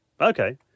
Okay